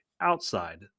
outside